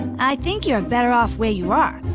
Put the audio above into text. i think you are better off where you are,